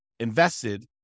invested